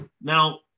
Now